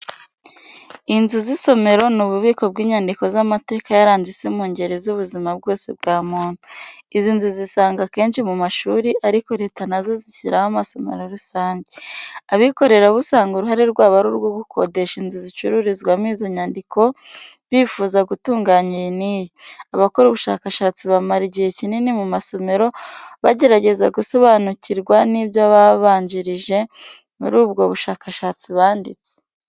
Inzu z'isomero, ni ububiko bw'inyandiko z'amateka yaranze isi mu ngeri z'ubuzima bwose bwa muntu. Izi nzu uzisanga kenshi mu mashuri, ariko Leta na zo zishyiraho amasomero rusange. Abikorera bo usanga uruhare rw'abo ari urwo gukodesha inzu zicururizwamo izo nyandiko ku bifuza gutunga iyi n'iyi. Abakora ubushakashatsi bamara igihe kinini mu masomero, bagerageza gusobanukirwa n'ibyo abababanjirije muri ubwo bushakashatsi banditse.